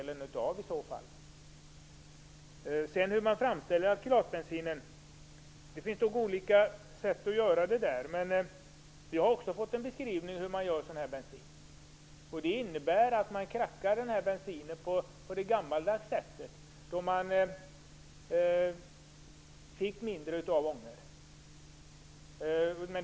Det finns olika sätt att framställa alkylatbensinen på. Men jag har också fått en beskrivning av det. Man krackar den här bensinen på det gammaldags sättet. Man får då mindre ångor.